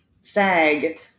SAG